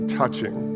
touching